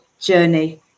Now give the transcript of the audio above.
journey